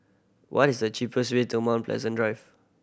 what is the cheapest way to Mount Pleasant Drive